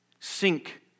Sink